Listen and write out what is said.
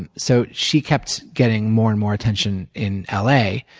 and so she kept getting more and more attention in l a.